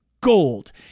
gold